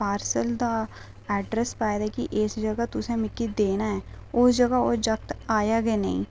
parcel दा address पा दा कि इस जगह तुसें मिगी देना ऐ उस दगह ओह् जागत् आया गै नेईं